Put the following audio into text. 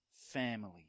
family